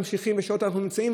ממשיכים בשעות שאנחנו נמצאים,